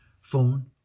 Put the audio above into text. phone